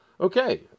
Okay